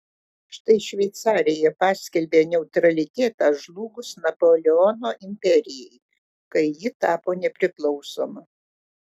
štai šveicarija paskelbė neutralitetą žlugus napoleono imperijai kai ji tapo nepriklausoma